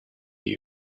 you